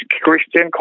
Christian